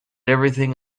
everything